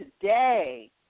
today